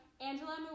Angela